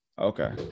Okay